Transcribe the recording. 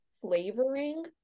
flavoring